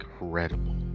incredible